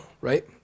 right